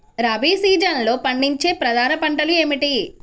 రబీ సీజన్లో పండించే ప్రధాన పంటలు ఏమిటీ?